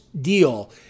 deal